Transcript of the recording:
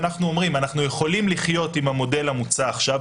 ואנחנו אומרים: אנחנו יכולים לחיות עם המודל המוצע עכשיו,